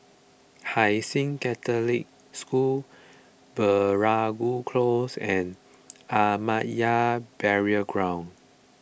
Hai Sing Catholic School Veeragoo Close and Ahmadiyya Burial Ground